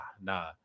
nah